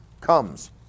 comes